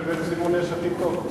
זאת אומרת שלבן-סימון יש עתיד טוב.